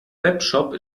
webshop